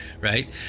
Right